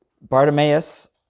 Bartimaeus